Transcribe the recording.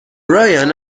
ryan